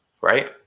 right